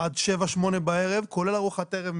עד 19:00 20:00 בערב כולל ארוחת ערב,